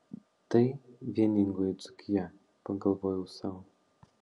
tai vieningoji dzūkija pagalvojau sau